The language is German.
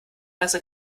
nasse